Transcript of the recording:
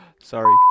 Sorry